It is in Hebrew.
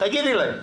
תגידי להם.